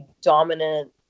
dominant